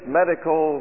medical